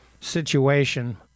situation